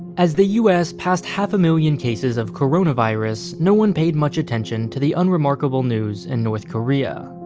as the u s. passed half a million cases of coronavirus, no one paid much attention to the unremarkable news in north korea.